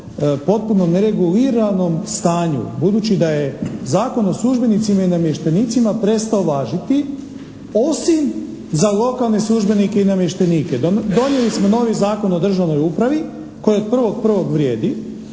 potpuno nereguliranom stanju budući da je Zakon o službenicima i namještenicima prestao važiti osim za lokalne službenike i namještenike. Donijeli smo novi Zakon o državnoj upravi koji od 1.1. vrijedi,